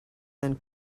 than